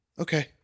Okay